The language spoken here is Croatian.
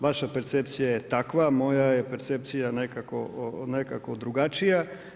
Vaša percepcija je takva, moja je percepcija nekako drugačija.